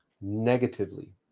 negatively